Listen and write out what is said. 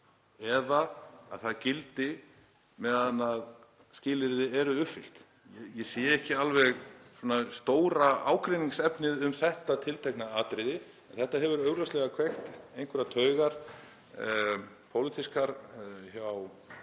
eða að það gildi meðan skilyrði eru uppfyllt. Ég sé ekki alveg stóra ágreiningsefnið um þetta tiltekna atriði en þetta hefur augljóslega kveikt einhverjar pólitískar